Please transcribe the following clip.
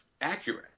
accurate